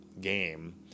game